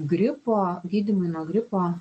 gripo gydymui nuo gripo